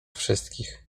wszystkich